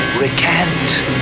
recant